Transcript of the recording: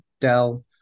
Dell